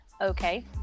Okay